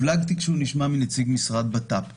אחרי שהבלגתי כשהוא הושמע מנציג המשרד לביטחון פנים.